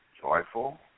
joyful